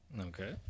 Okay